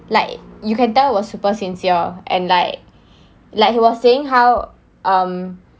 like you can tell was super sincere and like like he was saying how um